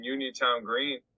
Uniontown-Green